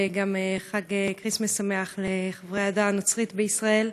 וגם חג כריסטמס שמח לחברי העדה הנוצרית בישראל.